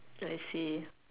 I see